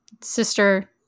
sister